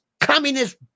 Communist